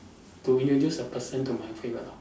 to introduce a person to my favourite hobby